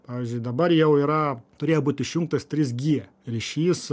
pavyzdžiui dabar jau yra turėjo būt išjungtas trys gie ryšys